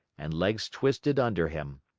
and legs twisted under him.